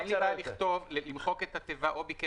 אז אין לי בעיה למחוק את התיבה: הוא ביקש